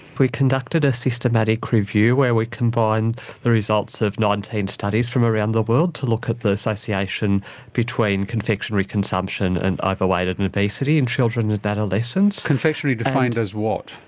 we conducted a systematic review where we combined the results of nineteen studies from around the world to look at the association between confectionery consumption and overweight and obesity in children and adolescents. confectionery defined as what?